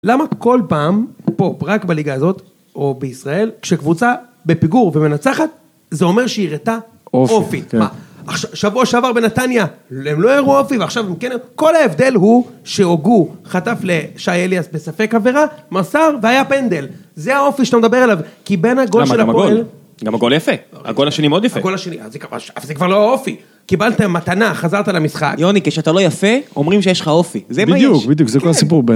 למה כל פעם, פה, רק בליגה הזאת, או בישראל, כשקבוצה בפיגור ומנצחת, זה אומר שהיא הראתה אופי? מה, שבוע שעבר בנתניה, הם לא הראו אופי, ועכשיו הם כן... כל ההבדל הוא שהוגו, חטף לשי אליאס בספק עבירה, מסר והיה פנדל. זה האופי שאתה מדבר עליו. כי בין הגול של הפועל... גם הגול יפה, הגול השני מאוד יפה. הגול השני, אז זה כבר לא האופי. קיבלת מתנה, חזרת למשחק. יוני, כשאתה לא יפה, אומרים שיש לך אופי. זה מה יש. בדיוק, בדיוק, זה כל הסיפור בין...